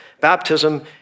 baptism